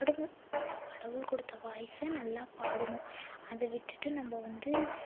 பாடணும் கடவுள் கொடுத்த வாய்ஸை நல்லா பாடணும் அதை விட்டுட்டு நம்ம வந்து